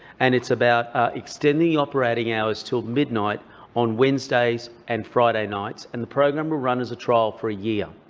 and it's about extending the operating hours until midnight on wednesday and friday nights, and the program will run as a trial for a year.